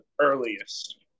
earliest